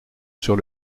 sur